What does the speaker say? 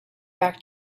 back